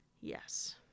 Yes